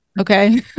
okay